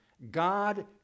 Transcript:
God